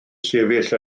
sefyll